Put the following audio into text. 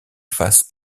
face